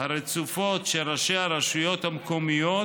הרצופות של ראשי הרשויות המקומיות